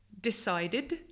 Decided